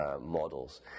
models